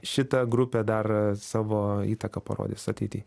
šita grupė dar savo įtaką parodys ateity